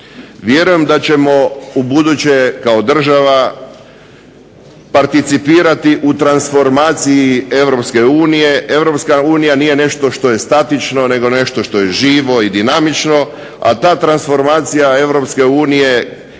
Vjerujem da ćemo ubuduće kao država participirati u transformaciji EU. EU nije nešto što je statično nego nešto što je statično nego nešto što je živo i dinamično, a ta transformacija EU ide